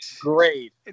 great